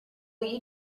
you